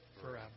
forever